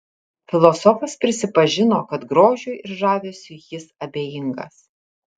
filosofas prisipažino kad grožiui ir žavesiui jis abejingas